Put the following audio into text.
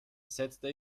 setzte